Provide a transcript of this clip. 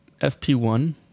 fp1